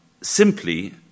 simply